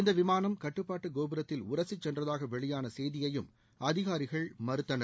இந்த விமானம் கட்டுப்பாட்டு கோபுரத்தில் உரசி சென்றதாக வெளியான செய்தியையும் அதிகாரிகள் மறுத்தனர்